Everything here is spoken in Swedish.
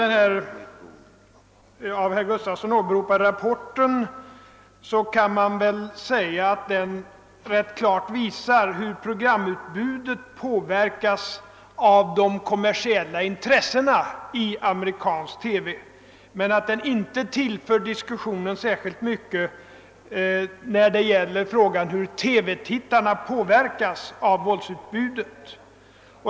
Den av herr Gustavsson i Alvesta åberopade rapporten visar rätt klart hur programutbudet påverkas av de kommersiella intressena i amerikansk TV, men man måste nog säga att den inte tillför diskussionen särskilt mycket när det gäller frågan hur TV-tittarna påverkas av våldsutbudet.